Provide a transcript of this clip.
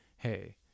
hey